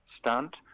stunt